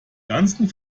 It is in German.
ganzen